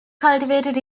cultivated